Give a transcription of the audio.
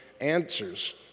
answers